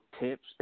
tips